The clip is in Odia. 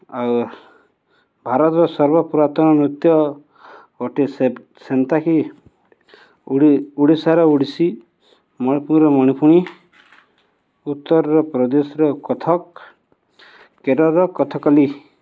ଆଉ ଭାରତ୍ର ସର୍ବପୁରାତନ ନୃତ୍ୟ ଅଟେ ସେ ସେନ୍ତାକି ଓଡ଼ିଶାରେ ଓଡ଼ିଶୀ ମଣିପୁରରେ ମଣିପୁରୀ ଉତ୍ତରରପ୍ରଦେଶର କଥକ୍ କେରଳର କଥକଲି